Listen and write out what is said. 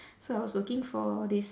so I was working for this